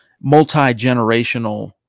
multi-generational